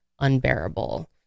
unbearable